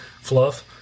fluff